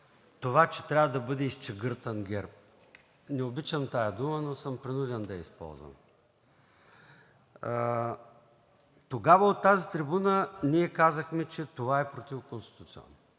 това, че трябва да бъде изчегъртан ГЕРБ. Не обичам тази дума, но съм принуден да я използвам. Тогава от тази трибуна ние казахме, че това е противоконституционно